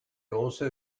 also